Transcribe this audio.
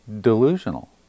delusional